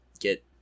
get